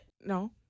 No